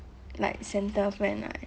like centre friend right